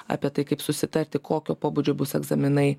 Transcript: apie tai kaip susitarti kokio pobūdžio bus egzaminai